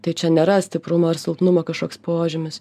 tai čia nėra stiprumo ar silpnumo kažkoks požymis